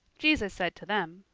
jesus said to them,